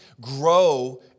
grow